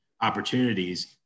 opportunities